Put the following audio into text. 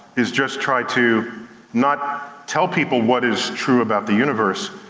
is just try to not tell people what is true about the universe,